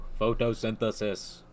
photosynthesis